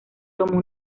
tomó